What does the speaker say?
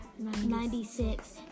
Ninety-six